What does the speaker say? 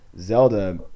Zelda